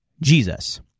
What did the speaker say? Jesus